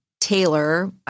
Taylor